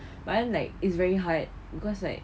but then like it's very hard because like